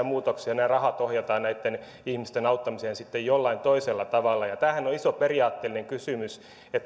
muutoksia ne rahat ohjataan näitten ihmisten auttamiseen sitten jollain toisella tavalla tämähän on iso periaatteellinen kysymys